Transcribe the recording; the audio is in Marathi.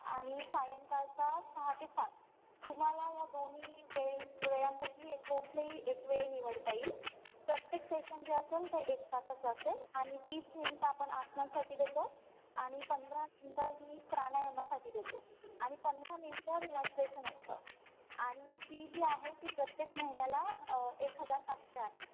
आणि सायंकाळचा सहा ते सात तुम्हाला या दोन्ही वेळींग वेळांपैकी एक कुठलेही एक वेळ निवडता येईल प्रत्येक सेशन जे असेल ते एक तासाचं असेल आणि तीस मिनटं आपण आसनांसाठी देतो आणि पंधरा मिनटं ही प्राणायमासाठी देतो आणि पंधरा मिनटं रिलॅक्झेशन असतं आणि फी जी आहे ती प्रत्येक महिन्याला एक हजार पाचशे आहे